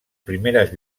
primeres